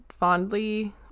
fondly